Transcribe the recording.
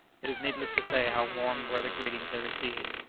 it is needless to say how warm were the greetings they received.